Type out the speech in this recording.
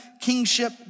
kingship